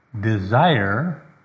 desire